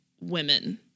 women